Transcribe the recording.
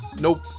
Nope